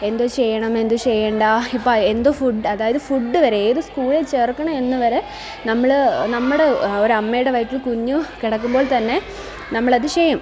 എന്തു ചെയ്യണം എന്ത് ചെയ്യേണ്ടാ ഇപ്പോള് എന്ത് ഫുഡ് അതായത് ഫുഡ് വരെയും ഏത് സ്കൂളില് ചേര്ക്കണം എന്നുവരെ നമ്മള് നമ്മുടെ ഒരമ്മയുടെ വയറ്റില് കുഞ്ഞു കിടക്കുമ്പോള് തന്നെ നമ്മളത് ചെയ്യും